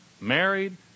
Married